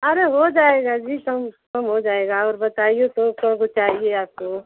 अरे हो जाएगा जी कम कम हो जाएगा और बताइए तो क्यो को चाहिए आपको